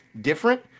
different